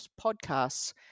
podcasts